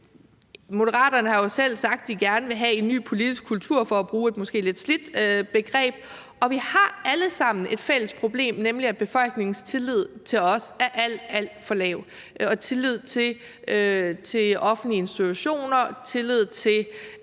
Moderaterne har jo selv sagt, de gerne vil have en ny politisk kultur – for at bruge et måske lidt slidt begreb. Vi har alle sammen et fælles problem, nemlig at befolkningens tillid til os er alt, alt for lav, og det gælder også tillid til offentlige institutioner og tillid til